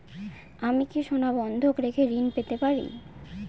আমি কি সোনা বন্ধক রেখে ঋণ পেতে পারি?